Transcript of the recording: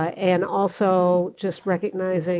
ah and also just recognizing